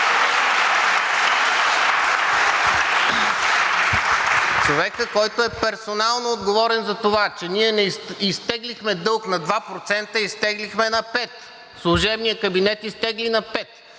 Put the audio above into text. Човекът, който е персонално отговорен за това, че ние не изтеглихме дълг на 2%, а изтеглихме на пет – служебният кабинет изтегли на